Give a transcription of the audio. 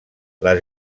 les